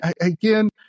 again